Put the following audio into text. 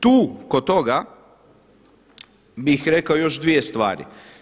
Tu kod toga bih rekao još dvije stvari.